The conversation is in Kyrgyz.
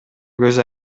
көз